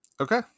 okay